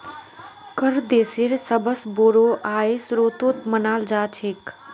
कर देशेर सबस बोरो आय स्रोत मानाल जा छेक